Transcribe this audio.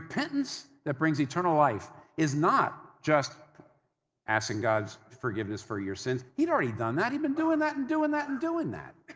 repentance that brings eternal life is not just asking god's forgiveness for your sins. he'd already done that, he'd been doing that, and doing that, and doing that.